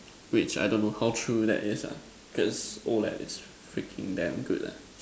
which I don't know how true that is ah cause O_L_E_D is freaking damn good lah